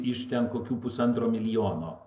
iš ten kokių pusantro milijono